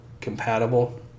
compatible